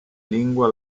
lingua